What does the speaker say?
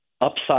upside